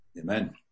Amen